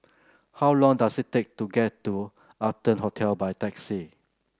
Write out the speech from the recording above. how long does it take to get to Arton Hotel by taxi